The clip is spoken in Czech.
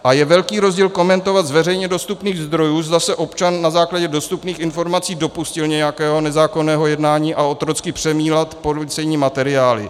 A je velký rozdíl komentovat z veřejně dostupných zdrojů, zda se občan na základě dostupných informací dopustil nějakého nezákonného jednání a otrocky přemílat policejní materiály.